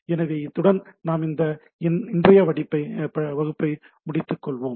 எனவே இத்துடன் நாம் நமது இன்றைய வகுப்பை முடித்துக் கொள்வோம்